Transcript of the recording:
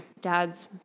dad's